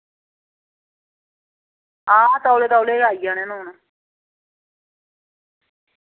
हां तौले तौले गै आई जाने न हून